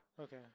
okay